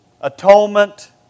atonement